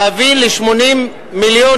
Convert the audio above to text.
להביא ל-80 מיליון,